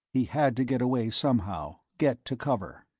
he had to get away somehow get to cover!